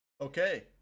Okay